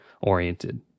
oriented